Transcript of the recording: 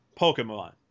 Pokemon